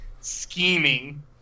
scheming